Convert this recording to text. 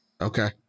Okay